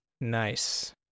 Nice